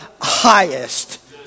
highest